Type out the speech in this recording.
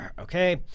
okay